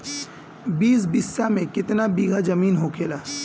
बीस बिस्सा में कितना बिघा जमीन होखेला?